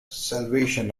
salvation